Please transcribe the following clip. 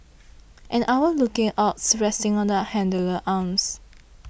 an owl looking awed resting on the handler's arms